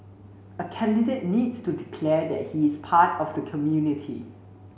a candidate needs to declare that he is part of the community